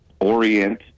orient